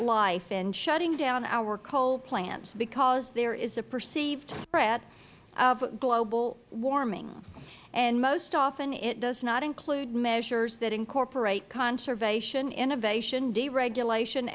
life and shutting down our coal plants because there is a perceived threat of global warming and most often it does not include measures that incorporate conservation innovation deregulation